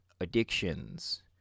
addictions